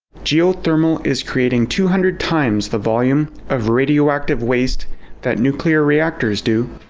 geothermal is creating two hundred times the volume of radioactive waste that nuclear reactors do,